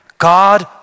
God